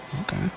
Okay